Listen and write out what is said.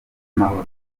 amahoro